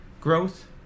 growth